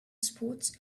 sports